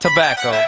Tobacco